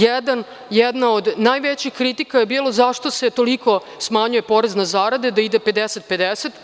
Jedna od najvećih kritika je bilo zašto se toliko smanjuje porez na zarade, da ide 50-50.